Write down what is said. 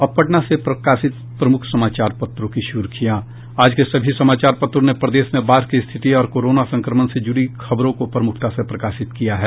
अब पटना से प्रकाशित प्रमुख समाचार पत्रों की सुर्खियां आज के सभी समाचार पत्रों ने प्रदेश में बाढ़ की स्थिति और कोरोना संक्रमण से जुड़ी खबरों को प्रमुखता से प्रकाशित किया है